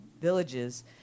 villages